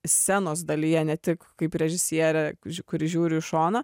scenos dalyje ne tik kaip režisierė kuri žiūri į šoną